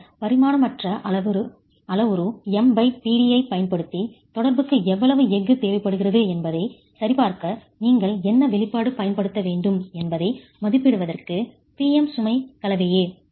பின்னர் பரிமாணமற்ற அளவுரு M Pd ஐப் பயன்படுத்தி தொடர்புக்கு எவ்வளவு எஃகு தேவைப்படுகிறது என்பதைச் சரிபார்க்க நீங்கள் என்ன வெளிப்பாடு பயன்படுத்த வேண்டும் என்பதை மதிப்பிடுவதற்கு P M சுமை கலவையே